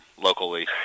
locally